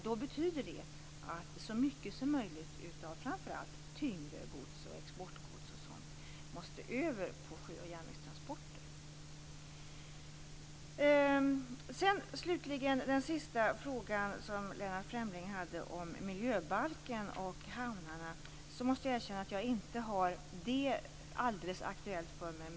Det betyder att så mycket som möjligt av framför allt tyngre gods och exportgods måste föras över till sjöoch järnvägstransporter. Den sista frågan som Lennart Fremling ställde handlade om miljöbalken och hamnarna. Jag måste erkänna att jag inte har det alldeles aktuellt för mig.